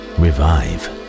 revive